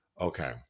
Okay